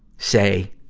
say,